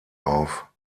auf